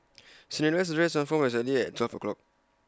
Cinderella's dress transformed exactly at twelve o'clock